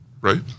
Right